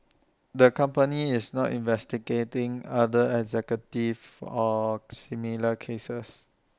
the company is not investigating other executives for or similar cases